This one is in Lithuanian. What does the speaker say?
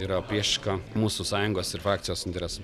yra priešiška mūsų sąjungos ir frakcijos interesam